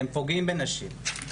הם פוגעים בנשים.